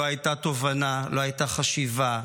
לא הייתה תובנה, לא הייתה חשיבה,